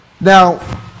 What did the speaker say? Now